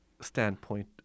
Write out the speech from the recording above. standpoint